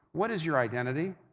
what is your identity?